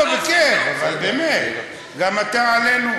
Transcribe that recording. לא, בכיף, אבל באמת, גם אתה עלינו?